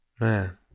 Man